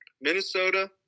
Minnesota